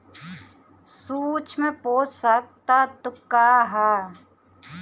सूक्ष्म पोषक तत्व का ह?